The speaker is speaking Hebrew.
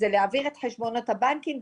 הוא להעביר את חשבונות הבנקים,